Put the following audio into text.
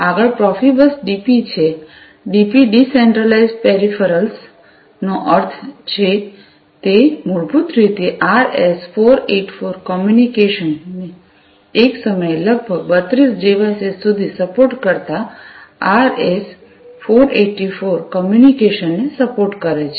આગળ Profibus DP છે DP decentralised peripherals નો અર્થ છે તે મૂળભૂત રીતે આરએસ 484 કમ્યુનિકેશન ને એક સમયે લગભગ 32 ડિવાઇસીસ સુધી સપોર્ટ કરતા આરએસ 484 કમ્યુનિકેશનને સપોર્ટ કરે છે